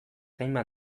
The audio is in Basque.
hainbat